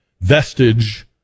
vestige